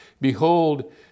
Behold